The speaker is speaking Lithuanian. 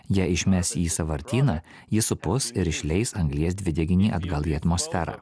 jei išmes į sąvartyną jis supus ir išleis anglies dvideginį atgal į atmosferą